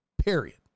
Period